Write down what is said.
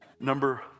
Number